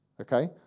okay